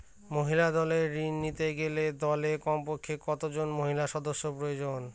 মহিলা দলের ঋণ নিতে গেলে দলে কমপক্ষে কত জন মহিলা সদস্য প্রয়োজন?